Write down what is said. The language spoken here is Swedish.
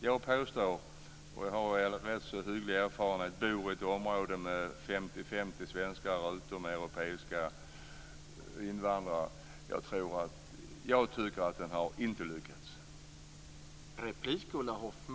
Jag har rätt så hyggliga erfarenheter eftersom jag bor i ett område med 50-50 när det gäller svenskar och utomeuropeiska invandrare. Jag tycker att den inte har lyckats.